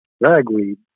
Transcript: ragweed